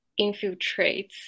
infiltrates